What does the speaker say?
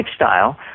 lifestyle